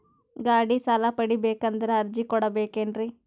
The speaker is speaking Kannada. ಗಾಡಿ ಸಾಲ ಪಡಿಬೇಕಂದರ ಅರ್ಜಿ ಕೊಡಬೇಕೆನ್ರಿ?